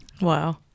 Wow